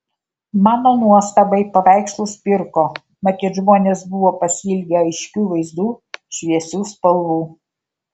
mano nuostabai paveikslus pirko matyt žmonės buvo pasiilgę aiškių vaizdų šviesių spalvų